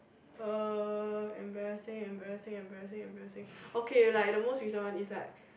uh embarrassing embarrassing embarrassing embarrassing okay like the most recent one is like